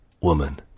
woman